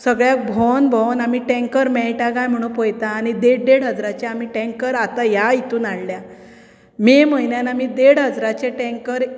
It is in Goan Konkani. सगळ्याक भोंवून भोंवून आमी टँकर मेळटा काय म्हणू पळेतात आनी देड देड हजाराचे आमी टँकर आतां ह्या हातूंत हाडल्या मे म्हयन्यान आमी देड हजाराचे टँकर